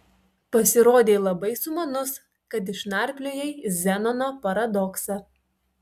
pasirodei labai sumanus kad išnarpliojai zenono paradoksą